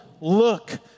look